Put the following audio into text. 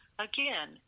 Again